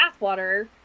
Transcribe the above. bathwater